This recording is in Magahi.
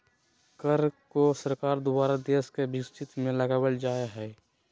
कर को सरकार द्वारा देश के विकास में लगावल जा हय